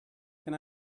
can